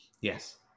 Yes